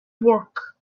work